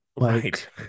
Right